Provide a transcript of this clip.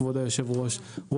כבוד היושב-ראש.